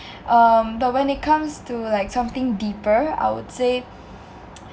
um but when it comes to like something deeper I would say